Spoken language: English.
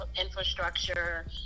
infrastructure